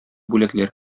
бүләкләр